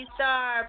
Star